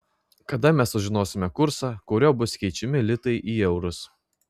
kada mes sužinosime kursą kuriuo bus keičiami litai į eurus